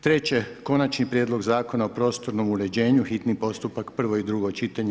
Treće Konačni prijedlog Zakona o prostornom uređenju, hitni postupak, prvo i drugo čitanje.